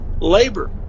labor